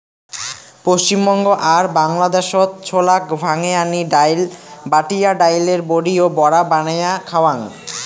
পশ্চিমবঙ্গ আর বাংলাদ্যাশত ছোলাক ভাঙে আনি ডাইল, বাটিয়া ডাইলের বড়ি ও বড়া বানেয়া খাওয়াং